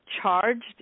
charged